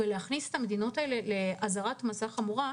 להכניס את המדינות האלה לאזהרת מסע חמורה,